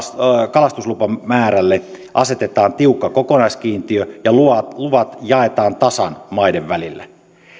kalastuslupamäärälle asetetaan tiukka kokonaiskiintiö ja luvat luvat jaetaan tasan maiden välillä